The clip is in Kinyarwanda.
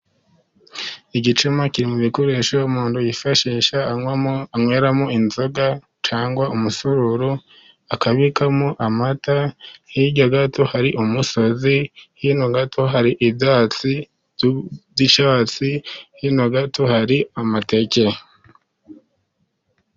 Igicuma kiri mu bikoresho umuntu yifashisha anywamo, anyweramo inzoga, cyangwa umusururu, akabikamo amata, hirya gato hari umusozi, hino gato hari ibyatsi by'icyatsi, hino gato hari amateke.